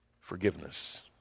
Forgiveness